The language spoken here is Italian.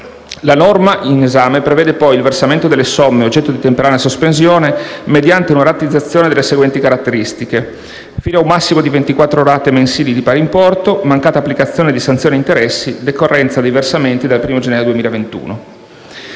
La norma in esame prevede poi il versamento delle somme oggetto di temporanea sospensione mediante una rateizzazione delle seguenti caratteristiche: fino a un massimo di 24 rate mensili di pari importo, mancata applicazione di sanzioni e interessi, decorrenza dei versamenti dal primo gennaio 2021.